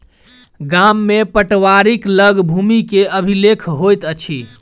गाम में पटवारीक लग भूमि के अभिलेख होइत अछि